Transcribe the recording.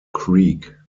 creek